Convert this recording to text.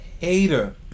Hater